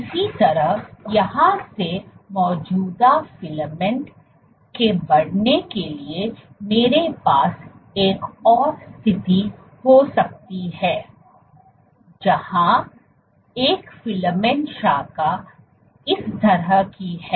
इसी तरह यहां से मौजूदा फिलामेंट के बढ़ने के लिए मेरे पास एक और स्थिति हो सकती है जहां एक फिलामेंट शाखा इस तरह की है